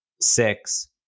six